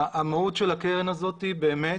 המהות של הקרן הזאת באמת